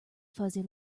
fuzzy